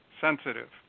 sensitive